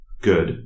good